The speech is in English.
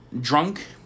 drunk